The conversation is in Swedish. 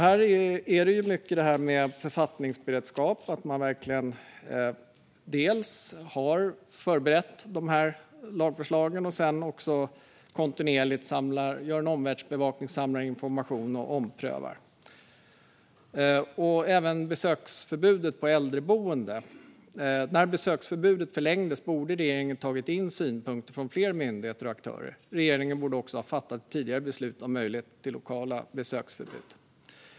Här är det mycket om detta med författningsberedskap och att man verkligen dels har förberett lagförslagen, dels kontinuerligt gör en omvärldsbevakning och samlar information och omprövar. När besöksförbudet på äldreboenden förlängdes borde regeringen ha tagit in synpunkter från fler myndigheter och aktörer. Regeringen borde också ha fattat ett tidigare beslut om möjlighet till lokala besöksförbud.